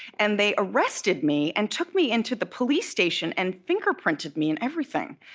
and they arrested me and took me into the police station and fingerprinted me and everything.